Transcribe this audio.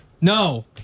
no